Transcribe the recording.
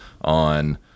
on